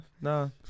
no